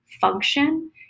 function